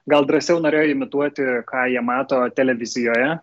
gal drąsiau norėjo imituoti ką jie mato televizijoje